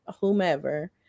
whomever